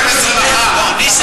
עד 24:00 ייגמרו שבע ברכות,